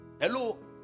Hello